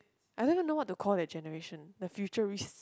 I even don't know what to call their generation the future risk